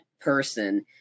person